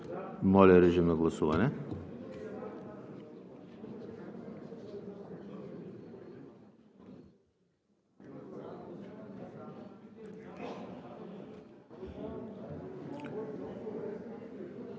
Моля, режим на гласуване